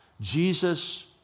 Jesus